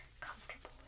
comfortable